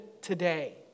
today